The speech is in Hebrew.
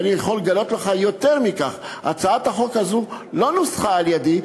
ואני יכול לגלות לך יותר מכך: הצעת החוק הזאת לא נוסחה על-ידי,